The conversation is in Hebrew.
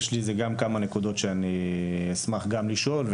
יש לי כמה נקודות שאשמח לשאול,